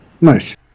Nice